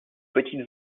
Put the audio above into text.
petite